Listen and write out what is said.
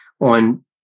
on